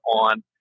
on